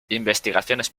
investigaciones